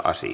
asia